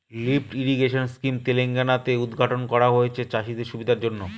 lift irrigation scheme Telangana তে উদ্ঘাটন করা হয়েছে চাষীদের সুবিধার জন্য